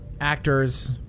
actors